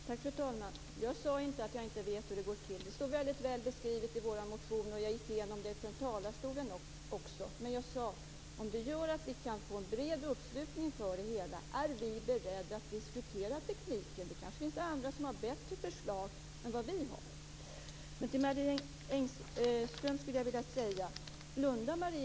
Fru talman! Jag sade inte att jag inte vet hur det skall gå till. Det står väl beskrivet i vår motion, och jag gick igenom den från talarstolen. Om det går att få en bred uppslutning, är vi beredda att diskutera det tekniska. Det kanske finns andra som har bättre förslag än vad vi har.